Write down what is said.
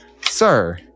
sir